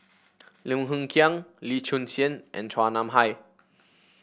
Lim Hng Kiang Lee Choon Seng and Chua Nam Hai